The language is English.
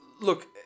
look